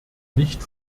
nicht